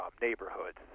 neighborhoods